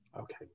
Okay